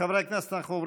הקראתי כבר, תעבור